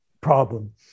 problem